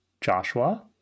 Joshua